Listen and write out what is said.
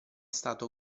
stato